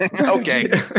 Okay